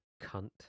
cunt